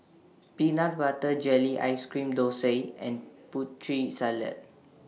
Peanut Butter Jelly Ice Cream Thosai and Putri Salad